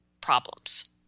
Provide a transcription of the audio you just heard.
problems